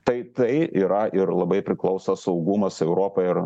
tai tai yra ir labai priklauso saugumas europoj ir